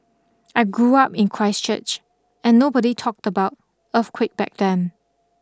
I grew up in Christchurch and nobody talked about earthquake back then